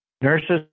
nurses